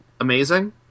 amazing